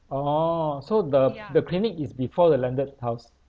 oh so the the clinic is before the landed house